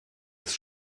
ist